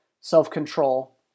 self-control